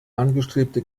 angestrebte